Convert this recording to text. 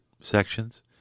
sections